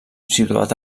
situat